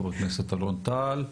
ח"כ אלון טל,